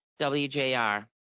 WJR